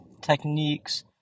techniques